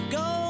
go